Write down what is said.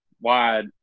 wide